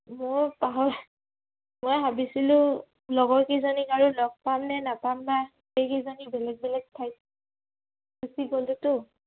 মোৰ পাহৰ মই ভাবিছিলোঁ লগৰ কেইজনীক আৰু লগ পামনে নাপাম বা গোটেইকেইজনী বেলেগ বেলেগ ঠাইত গুছি গ'লোতো